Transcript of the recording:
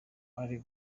ari